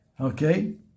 Okay